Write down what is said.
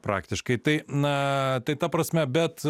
praktiškai tai na tai ta prasme bet